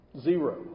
Zero